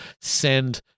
send